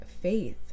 faith